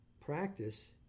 practice